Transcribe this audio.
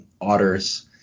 otters